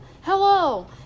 Hello